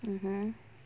mmhmm